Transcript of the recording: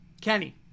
Kenny